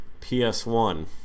PS1